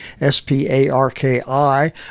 S-P-A-R-K-I